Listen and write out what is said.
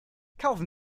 kaufen